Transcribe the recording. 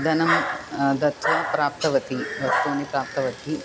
धनं दत्वा प्राप्तवती वस्तूनि प्राप्तवती